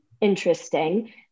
interesting